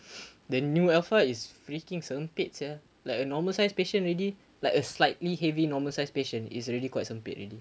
the new alpha is freaking sempit sia like a normal sized patient already like a slightly heavy normal size patient is already quite sempit already